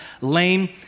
lame